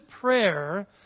prayer